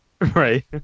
Right